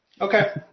Okay